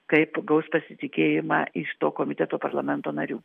kaip gaus pasitikėjimą iš to komiteto parlamento narių